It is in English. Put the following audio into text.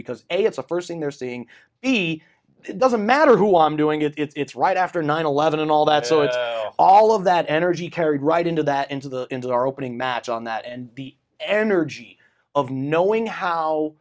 because it's a first thing they're seeing be it doesn't matter who i'm doing it it's right after nine eleven and all that so it's all of that energy carried right into that into the into our opening match on that and the energy of knowing how